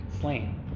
slain